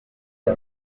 bya